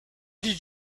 did